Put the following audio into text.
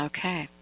Okay